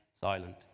silent